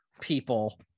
people